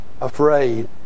afraid